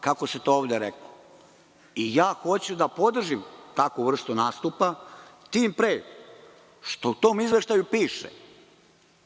kako se to ovde reklo. Hoću da podržim takvu vrstu nastupa, tim pre što u tom izveštaju piše